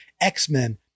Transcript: X-Men